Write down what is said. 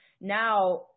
Now